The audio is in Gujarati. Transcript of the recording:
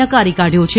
નકારી કાઢ્યો છે